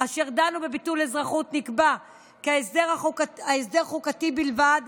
אשר דנו בביטול אזרחות נקבע כי ההסדר חוקתי, ובלבד